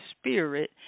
spirit